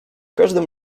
każdym